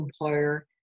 employer